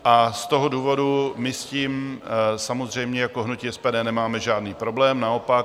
A z toho důvodu s tím samozřejmě jako hnutí SPD nemáme žádný problém, naopak.